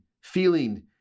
feeling